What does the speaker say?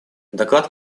доклад